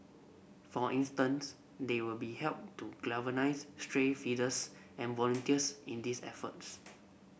for instance they will be help to galvanise stray feeders and volunteers in these efforts